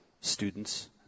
students